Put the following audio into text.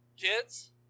Kids